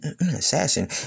assassin